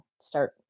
start